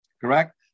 correct